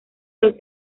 los